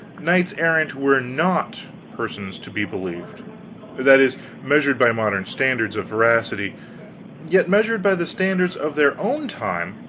knights errant were not persons to be believed that is, measured by modern standards of veracity yet, measured by the standards of their own time,